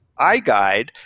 iGuide